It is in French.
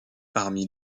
parmi